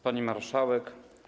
Pani Marszałek!